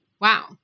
Wow